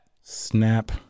Snap